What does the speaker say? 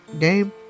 game